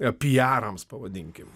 pijarams pavadinkim